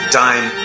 time